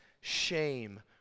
shame